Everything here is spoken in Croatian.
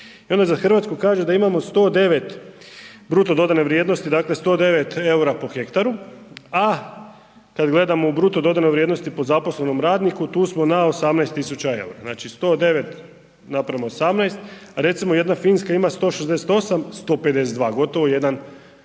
I onda za Hrvatsku kaže da imamo 109 bruto dodane vrijednosti, dakle 109 EUR-a po hektaru, a kad gledamo u bruto dodanoj vrijednosti po zaposlenom radniku tu smo na 18.000 EUR-a. Znači 109 napram 18, a recimo jedna Finska ima 168 152 gotovo jedan